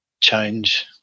change